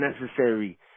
necessary